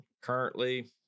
currently